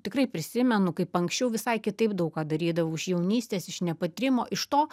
tikrai prisimenu kaip anksčiau visai kitaip daug ką darydavau iš jaunystės iš nepatyrimo iš to